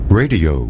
radio